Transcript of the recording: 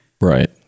right